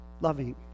Loving